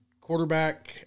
quarterback